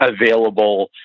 available